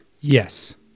Yes